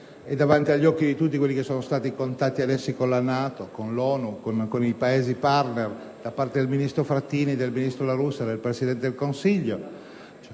davanti agli occhi di tutti quelli che sono stati i contatti con la NATO, con l'ONU e con i Paesi partner da parte del ministro Frattini, del ministro La Russa e del Presidente del Consiglio.